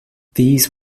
these